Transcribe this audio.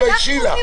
תתביישי לך.